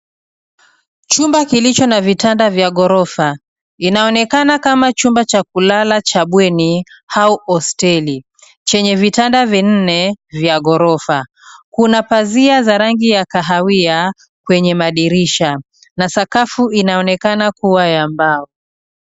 Chumba kilicho na vitanda vya ghorofa. Inaonekana kama chumba cha kulala, cha bweni, au hosteli, chenye vitanda vya ghorofa. Kuna mapazia ya rangi ya kahawia kwenye madirisha, na sakafu inaonekana kuwa ya mbao.